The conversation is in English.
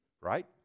right